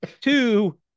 Two